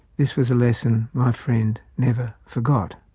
this was a lesson my friend never forgot.